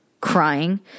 crying